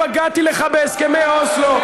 פגעתי לך בהסכמי אוסלו.